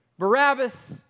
barabbas